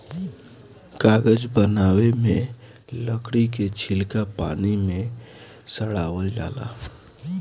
कागज बनावे मे लकड़ी के छीलका पानी मे सड़ावल जाला